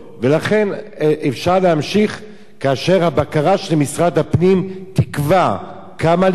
לכן אפשר להמשיך כאשר הבקרה של משרד הפנים תקבע כמה לגבות